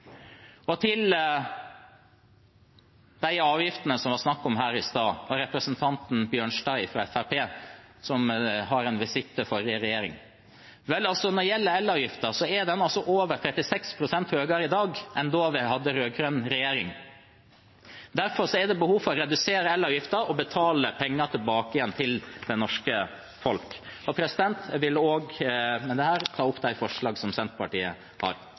Og til de avgiftene som det var snakk om her i sted, og til representanten Bjørnstad fra Fremskrittspartiet som hadde en visitt til forrige regjering: Når det gjelder elavgiften, er den over 36 pst. høyere i dag enn da vi hadde rød-grønn regjering. Derfor er det behov for å redusere elavgiften og betale penger tilbake til det norske folk. Med det vil jeg også ta opp de resterende forslagene Senterpartiet er en del av. Representanten Sigbjørn Gjelsvik har